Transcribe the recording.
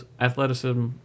athleticism